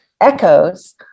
echoes